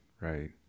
Right